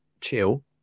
chill